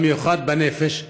במיוחד בנפש.